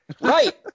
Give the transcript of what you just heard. Right